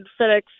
FedEx